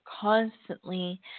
constantly